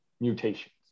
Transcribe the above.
mutations